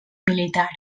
militar